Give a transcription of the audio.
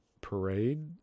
parade